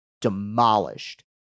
demolished